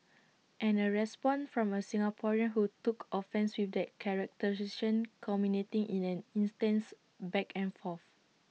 and A response from A Singaporean who took offence with that characterisation culminating in an intense back and forth